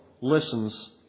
listens